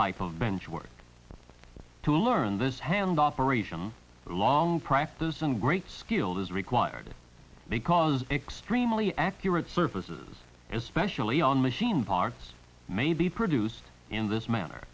type of bench work to learn this hand operation long practice and great skilled is required because extremely accurate surfaces as specially on machine parts may be produced in this manner